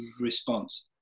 response